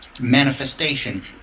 manifestation